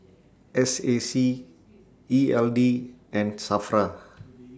S A C E L D and SAFRA